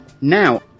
Now